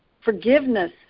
forgiveness